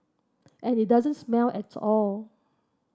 and it doesn't smell at all